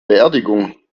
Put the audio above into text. beerdigung